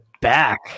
back